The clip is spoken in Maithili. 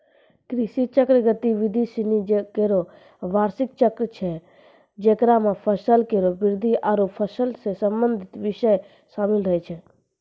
कृषि चक्र गतिविधि सिनी केरो बार्षिक चक्र छै जेकरा म फसल केरो वृद्धि आरु फसल सें संबंधित बिषय शामिल रहै छै